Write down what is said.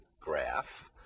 graph